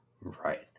Right